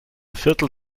viertel